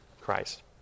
Christ